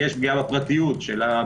כי יש פגיעה בפרטיות שלו,